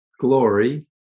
glory